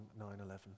9-11